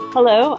Hello